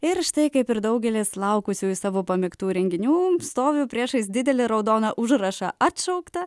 ir štai kaip ir daugelis laukusiųjų savo pamėgtų renginių stoviu priešais didelį raudoną užrašą atšaukta